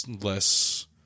less